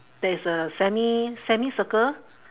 there is a semi~ semicircle